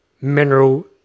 mineral